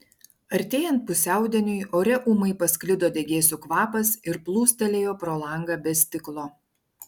artėjant pusiaudieniui ore ūmai pasklido degėsių kvapas ir plūstelėjo pro langą be stiklo